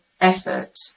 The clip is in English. effort